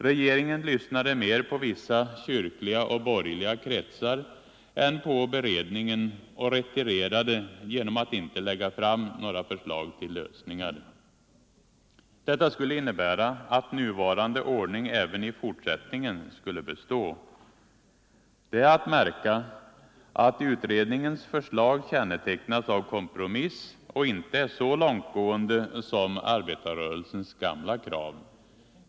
Regeringen lyssnade mer på vissa kyrkliga och borgerliga kretsar än på beredningen och retirerade genom att inte lägga fram några förslag till lösningar. Detta skulle innebära att nuvarande ordning även i fortsättningen skulle bestå. Det är att märka att utredningens förslag kännetecknas av kompromiss och inte är så långtgående som arbetarrörelsens gamla krav.